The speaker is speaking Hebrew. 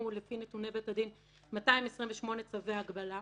לפי נתוני בית הדין 228 צווי הגבלה.